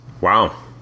Wow